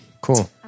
Cool